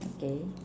okay